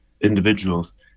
individuals